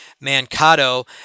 Mankato